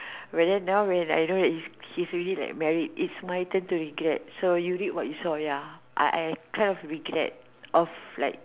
but then now when I know that he is he's already like married it's my turn to regret so you reap what you sow ya I I kind of regret of like